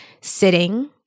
sitting